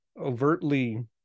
overtly